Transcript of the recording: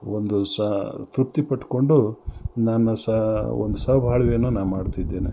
ಒಂದು ಸ ತೃಪ್ತಿ ಪಟ್ಕೊಂಡು ನಾನಾ ಸಹ ಒಂದು ಸಬಾಳ್ವೆಯನ್ನು ನಾ ಮಾಡ್ತಿದ್ದೇನೆ